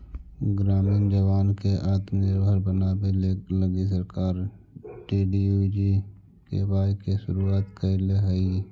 ग्रामीण जवान के आत्मनिर्भर बनावे लगी सरकार डी.डी.यू.जी.के.वाए के शुरुआत कैले हई